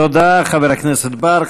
תודה לחבר הכנסת בר.